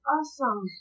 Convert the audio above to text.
awesome